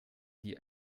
die